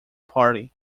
party